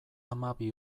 hamabi